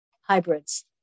hybrids